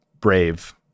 brave